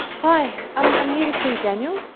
hi, i'm um here to see daniel?